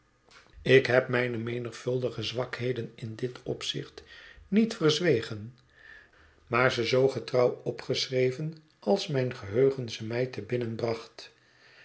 ik heb mijne menigvuldige zwakheden in dit opzicht niet verzwegen maar ze zoo getrouw opgeschreven al mijn geheugen ze mij te